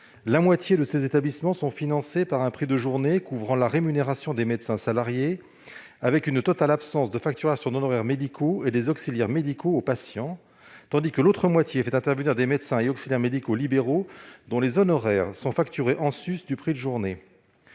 La moitié de ces établissements sont financés par un prix de journée qui couvre la rémunération de médecins salariés, avec une totale absence de facturation aux patients. L'autre moitié fait intervenir des médecins et auxiliaires médicaux libéraux dont les honoraires sont facturés en sus du prix de journée.